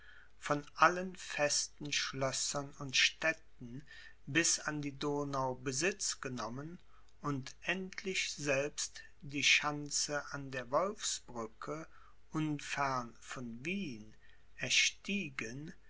von allen festen schlössern und städten bis an die donau besitz genommen und endlich selbst die schanze an der wolfsbrücke unfern von wien erstiegen